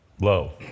low